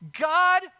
God